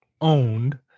owned